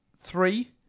three